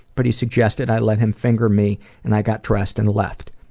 but he suggested i let him finger me and i got dressed and left.